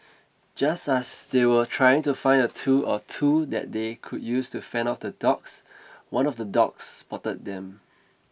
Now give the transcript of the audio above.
just as they were trying to find a tool or two that they could use to fend off the dogs one of the dogs spotted them